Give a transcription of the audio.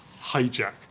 hijack